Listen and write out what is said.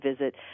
visit